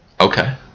Okay